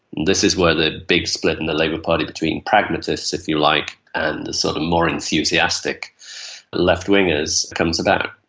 this is where the big split in the labour party between pragmatists, if you like, and the sort of more enthusiastic left-wingers comes about.